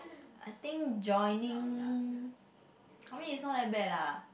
I think joining I mean it's not that bad lah